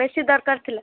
ବେଶି ଦରକାର ଥିଲା